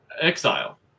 exile